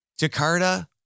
Jakarta